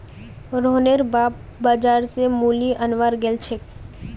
रोहनेर बाप बाजार स मूली अनवार गेल छेक